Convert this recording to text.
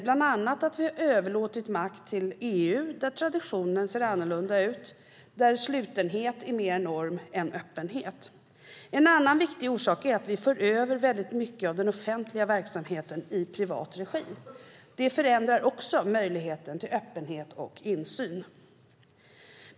Bland annat har vi överlåtit makt till EU där traditionen ser annorlunda ut, där slutenhet är mer norm än öppenhet. En annan viktig orsak är att vi för över väldigt mycket av den offentliga verksamheten i privat regi. Det förändrar också möjligheten till öppenhet och insyn.